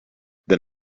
then